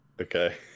Okay